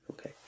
Okay